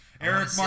Eric